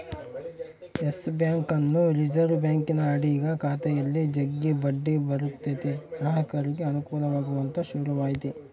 Yes ಬ್ಯಾಂಕನ್ನು reserve ಬ್ಯಾಂಕಿನ ಅಡಿಗ ಖಾತೆಯಲ್ಲಿ ಜಗ್ಗಿ ಬಡ್ಡಿ ಬರುತತೆ ಗ್ರಾಹಕರಿಗೆ ಅನುಕೂಲವಾಗಲಂತ ಶುರುವಾತಿ